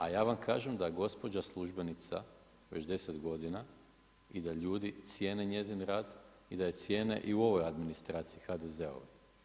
A ja vam kažem da je gospođa službenica već 10 godina i da ljudi cijene njezin radi da je cijene i u ovoj administraciji, HDZ-ovoj.